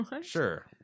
sure